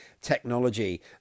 technology